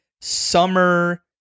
Summer